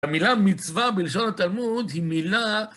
המילה מצווה בלשון התלמוד היא מילה